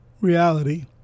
reality